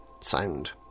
sound